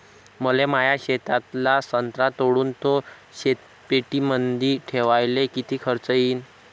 मले माया शेतातला संत्रा तोडून तो शीतपेटीमंदी ठेवायले किती खर्च येईन?